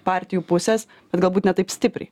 partijų pusės bet galbūt ne taip stipriai